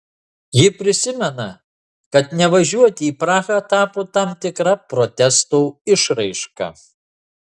ji prisimena kad nevažiuoti į prahą tapo tam tikra protesto išraiška